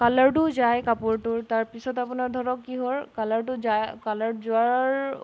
কালাৰটোও যায় কাপোৰটোৰ তাৰ পিছত আপোনাৰ ধৰক কি হয় কালাৰটো যা কালাৰ যোৱাৰ